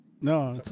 No